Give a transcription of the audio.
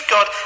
God